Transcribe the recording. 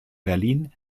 berlin